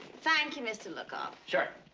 thank you, mr. lukov. sure.